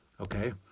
Okay